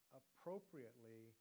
appropriately